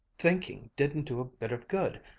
thinking didn't do a bit of good,